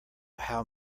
how